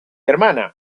hermana